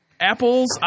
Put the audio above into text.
Apple's